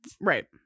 right